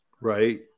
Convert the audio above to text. Right